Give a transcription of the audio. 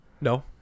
No